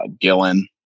Gillen